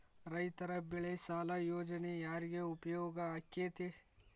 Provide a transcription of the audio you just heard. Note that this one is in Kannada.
ರೈತ ಬೆಳೆ ಸಾಲ ಯೋಜನೆ ಯಾರಿಗೆ ಉಪಯೋಗ ಆಕ್ಕೆತಿ?